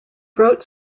wrote